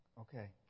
Okay